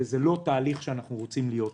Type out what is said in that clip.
וזה לא תהליך שאנחנו רוצים להיות בו.